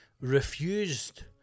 refused